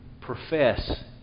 profess